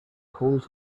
hold